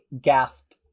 gasped